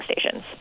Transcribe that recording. stations